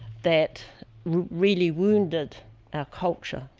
that really wounded our culture,